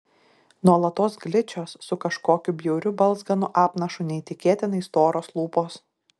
nuolatos gličios su kažkokiu bjauriu balzganu apnašu neįtikėtinai storos lūpos